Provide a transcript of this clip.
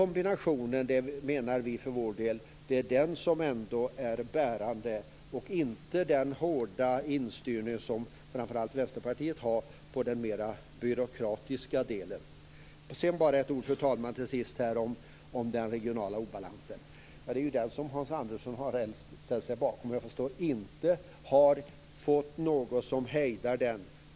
menar vi är bärande och inte den hårda instyrning som framför allt Vänsterpartiet har på den mer byråkratiska delen. Till sist, fru talman, vill jag bara säga några ord om den regionala obalansen, som Hans Andersson har ställt sig bakom och som inte går att hejda.